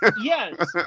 Yes